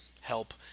help